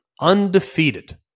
undefeated